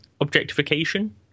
objectification